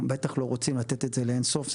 בטח לא רוצים לתת את זה לאין סוף.